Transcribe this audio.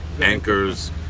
anchors